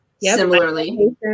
Similarly